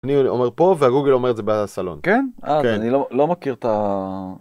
‫אני אומר פה, והגוגל אומר את זה ‫בעל הסלון. ‫כן? אה, אז אני לא מכיר את ה...